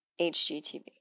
HGTV